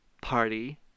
party